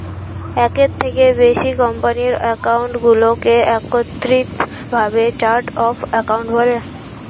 একের থেকে বেশি কোম্পানির অ্যাকাউন্টগুলোকে একত্রিত ভাবে চার্ট অফ অ্যাকাউন্ট বলে